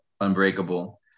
unbreakable